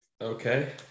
Okay